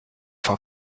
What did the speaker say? for